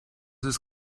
ist